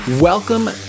Welcome